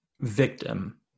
victim